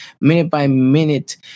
minute-by-minute